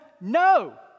No